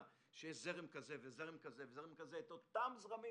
שבה יש זרם כזה וזרם כזה וזרם כזה את אותם זרמים